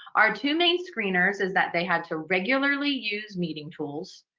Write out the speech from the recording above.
our two main screeners is that they had to regularly use meeting tools,